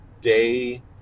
day